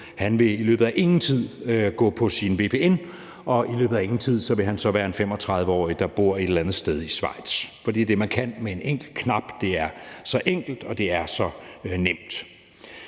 Villum, i løbet af ingen tid vil gå på sin vpn, og i løbet af ingen tid vil han så være en 35-årig, der bor et eller andet sted i Schweiz. For det er det, man kan med en enkelt knap, og det er så enkelt og så nemt.